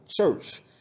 church